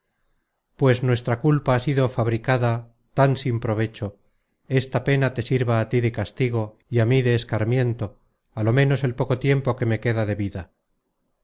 pues nuestra culpa ha sido fabricada tan sin provecho esta pena te sirva á tí de castigo y á mí de escarmiento á lo ménos el poco tiempo que me queda de vida